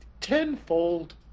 tenfold